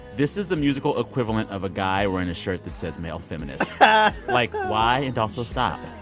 this is the musical equivalent of a guy wearing a shirt that says, male feminist yeah like, why? and also, stop.